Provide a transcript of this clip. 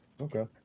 Okay